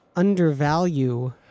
undervalue